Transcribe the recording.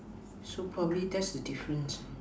so probably that's the difference